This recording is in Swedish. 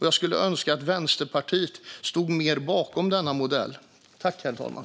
Jag skulle önska att Vänsterpartiet mer stod bakom den.